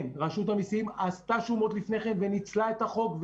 כן רשות המיסים עשתה שומות לפני כן וניצלה את החוק,